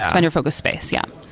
ah vendor-focused space. yeah.